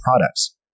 products